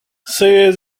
ses